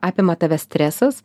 apima tave stresas